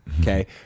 Okay